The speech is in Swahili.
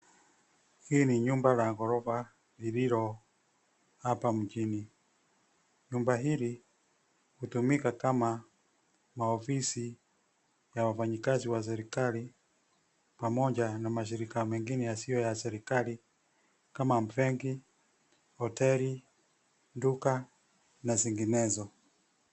Hii ni nyumba la ghorofa , lililo hapa mjini. Nyumba hili hutumika kama maofisi ya wafanyikazi wa serikali pamoja na mashirika mengine yasiyo ya serikali kama benki , hoteli , duka na zinginezo.